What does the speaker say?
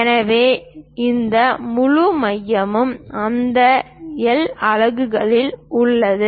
எனவே இந்த முழு மையமும் அந்த எல் அலகுகளில் உள்ளது